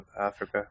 Africa